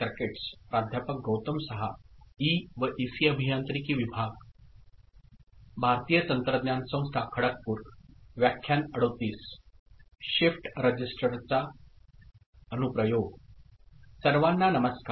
सर्वांना नमस्कार